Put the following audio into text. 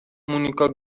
مونیکا